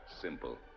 Simple